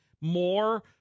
more